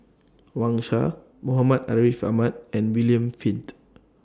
Wang Sha Muhammad Ariff Ahmad and William Flint